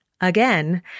again